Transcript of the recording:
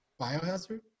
Biohazard